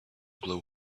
blow